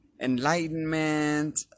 enlightenment